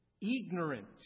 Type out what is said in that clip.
ignorant